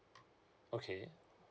okay